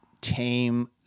tame